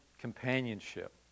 companionship